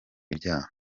ibyaha